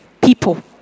People